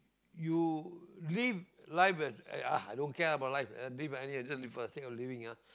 you live life as ah i don't care about life live for the sake of living ah